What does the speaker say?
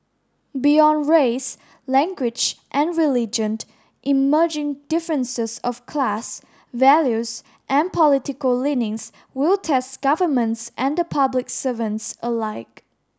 beyond race language and religion emerging differences of class values and political leanings will test governments and the public servants alike